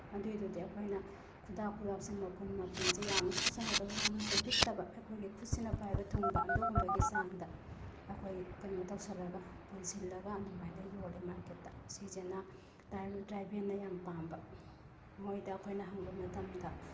ꯑꯗꯨꯏꯗꯨꯗꯤ ꯑꯩꯈꯣꯏ ꯈꯨꯗꯥꯞ ꯈꯨꯗꯥꯞꯁꯦ ꯃꯄꯨꯟ ꯃꯄꯨꯟꯁꯦ ꯌꯥꯝꯅꯁꯨ ꯆꯥꯎꯗꯕ ꯌꯥꯝꯅꯁꯨ ꯄꯤꯛꯇꯕ ꯑꯩꯈꯣꯏꯒꯤ ꯈꯨꯠꯁꯤꯅ ꯄꯥꯏꯕ ꯊꯨꯡꯕ ꯑꯗꯨꯒꯨꯝꯕꯒꯤ ꯆꯥꯡꯗ ꯑꯩꯈꯣꯏ ꯀꯩꯅꯣ ꯇꯧꯁꯤꯜꯂꯒ ꯄꯨꯟꯁꯤꯜꯂꯒ ꯑꯗꯨꯃꯥꯏꯅ ꯌꯣꯜꯂꯦ ꯃꯥꯔꯀꯦꯠꯇ ꯁꯤꯁꯤꯅ ꯇ꯭ꯔꯥꯏꯕꯦꯜꯅ ꯌꯥꯝꯅ ꯄꯥꯝꯕ ꯃꯣꯏꯗ ꯑꯩꯈꯣꯏꯅ ꯍꯪꯕ ꯃꯇꯝꯗ